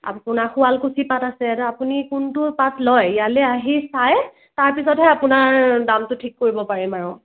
আপোনাৰ শুৱালকুছি পাত আছে আপুনি কোনটো পাট লয় ইয়ালে আহি চাই তাৰপিছতহে আপোনাৰ দামটো ঠিক কৰিব পাৰিম আৰু